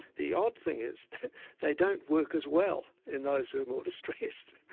the odd thing is that they don't work as well in those who are more distressed.